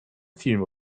film